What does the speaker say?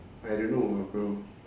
I don't know uh bro